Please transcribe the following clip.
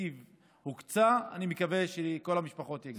תקציב הוקצה, אני מקווה שכל המשפחות יגיעו.